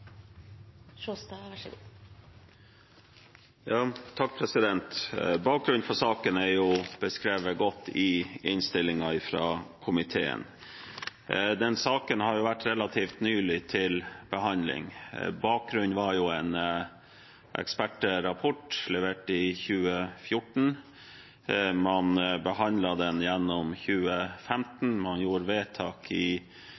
beskrevet godt i innstillingen fra komiteen. Denne saken har relativt nylig vært til behandling. Bakgrunnen var en ekspertrapport, levert i 2014. Man behandlet den i 2015, og man fattet vedtak i